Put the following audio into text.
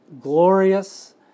glorious